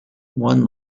one